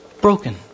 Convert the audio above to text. broken